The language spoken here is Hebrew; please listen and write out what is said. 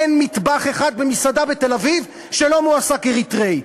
אין מטבח אחד במסעדה בתל-אביב שלא מועסק בו אריתריאי,